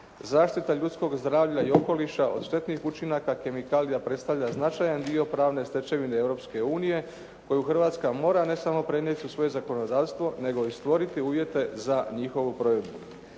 Zaštita ljudskog zdravlja i okoliša od štetni učinka kemikalija predstavlja značajan dio pravne stečevine Europske unije koju Hrvatska mora, ne samo prenijeti u svoje zakonodavstvo, nego i stvoriti uvjete za njihovu provedbu.